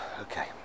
Okay